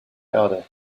erde